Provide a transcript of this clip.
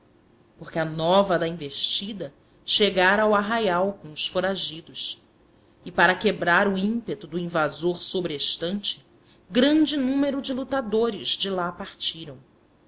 porque a nova da investida chegara ao arraial com os foragidos e para quebrar o ímpeto do invasor sobrestante grande número de lutadores de lá partiram